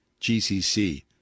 GCC